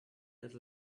had